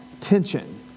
tension